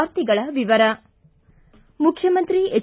ವಾರ್ತೆಗಳ ವಿವರ ಮುಖ್ಯಮಂತ್ರಿ ಎಚ್